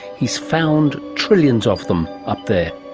he's found trillions of them up there.